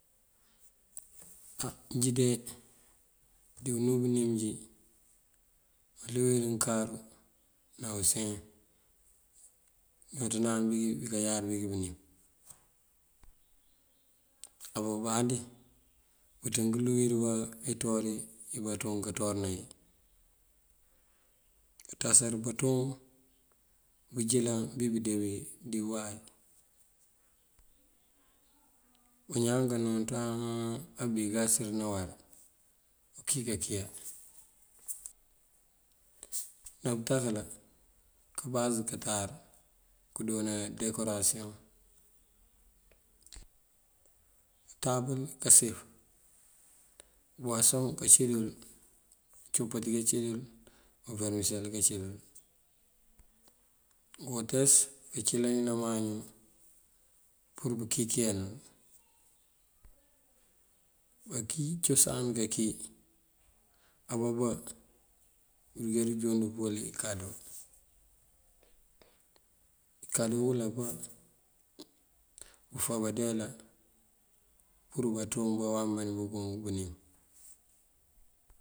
Á njí de unú bënim njí malúuwir ngëkaru can use ngëmënţandana ngun bí kayar ngí bënim. Á bumbandi bënţënki lúuwar bá inţúuwáari iyí banţoŋ kënţúuwáarëna yí. Kanţasari banţoŋ bënjilan bí bundee bí dí uway. Bañaan kanonţa abu iyí garësir ţí uwar okëy kankëya. Ná bëtakala kabas katar kundoola dekorasiyoŋ. Untabël kasif, buwasoŋ kancí dël, copati kancí dël, uberëmisel kací dël. Ngëwotes kancëlani namaño pur pënkëy këyanël. Bankëy bíkí cosan kankëy ababá buruká rënjundí pëwël inkado. Inkado uwëlabá bëfá bandeela pur banţoŋ buruka uwawaŋ bënim.